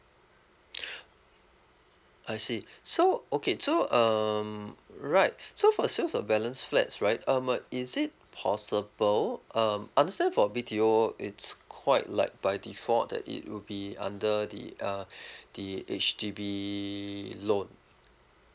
I see so okay so um right so for the sales of balance flats right um uh is it possible um understand for B_T_O it's quite like by default that it will be under the uh the H_D_B loan